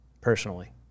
personally